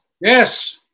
yes